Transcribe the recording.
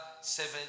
seven